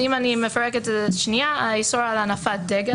אם אני מפרקת את זה, האיסור המוצע על הנפת דגל